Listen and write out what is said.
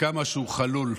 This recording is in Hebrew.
כמה שהוא חלול,